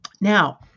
Now